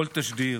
בכל תשדיר.